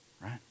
right